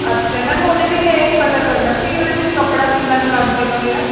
ਅੱਛਾ ਮੈਮ ਉਹਦੇ ਲਈ ਮੈਂ ਇਹ ਪਤਾ ਕਰਨਾ ਸੀ ਕਿ ਉਹਦੇ ਵਿੱਚ ਕੱਪੜਾ ਕਿੰਨਾ ਕੁ ਲੱਗ ਜਾਏਗਾ ਮੇਰਾ